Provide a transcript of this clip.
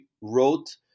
wrote